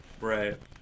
right